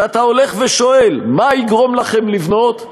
ואתה הולך ושואל: מה יגרום לכם לבנות?